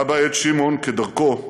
בה-בעת שמעון, כדרכו,